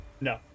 No